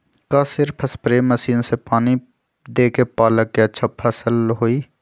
का सिर्फ spray machine से पानी देके पालक के अच्छा फसल होई?